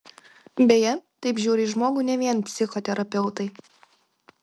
beje taip žiūri į žmogų ne vien psichoterapeutai